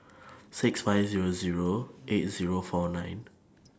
six five Zero Zero eight Zero four nine